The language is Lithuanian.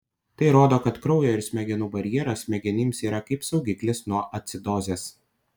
tai rodo kad kraujo ir smegenų barjeras smegenims yra kaip saugiklis nuo acidozės